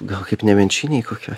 gal kaip nemenčinėj kokioj